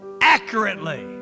accurately